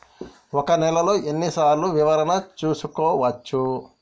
ఒక నెలలో ఎన్ని సార్లు వివరణ చూసుకోవచ్చు?